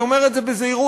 אני אומר את זה בזהירות,